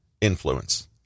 influence